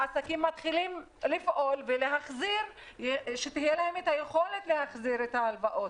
העסקים מתחילים לפעול ולהחזיר שתהיה להם את היכולת להחזיר את ההלוואות.